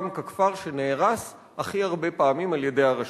ככפר שנהרס הכי הרבה פעמים על-ידי הרשויות.